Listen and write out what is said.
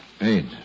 Eight